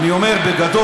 אני אומר בגדול,